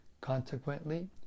Consequently